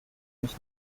mich